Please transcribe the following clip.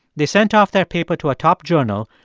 they sent off their paper to a top journal,